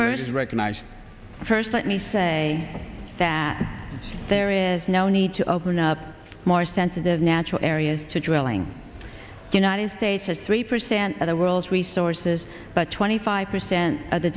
first is recognized first let me say that there is no need to open up more sensitive natural areas to drilling united states has three percent of the world's resources but twenty five percent of the